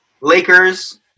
Lakers